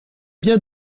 bien